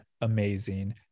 amazing